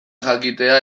jakitea